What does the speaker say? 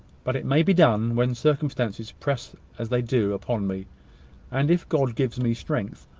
but it may be done when circumstances press as they do upon me and, if god gives me strength,